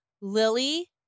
Lily